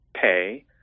pay